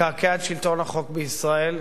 לקעקע את שלטון החוק בישראל,